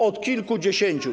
Od kilkudziesięciu.